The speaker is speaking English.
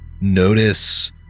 notice